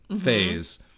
phase